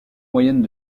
moyenne